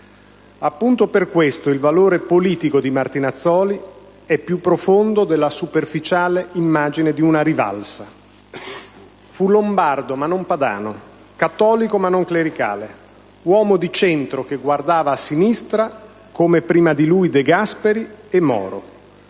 così. Per questo, il valore politico di Martinazzoli è più profondo della superficiale immagine di una rivalsa. Fu lombardo ma non padano, cattolico ma non clericale, uomo di centro che guardava a sinistra come, prima di lui, De Gasperi e Moro.